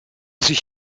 sich